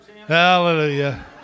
Hallelujah